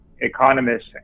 economists